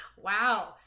wow